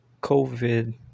covid